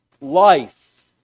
life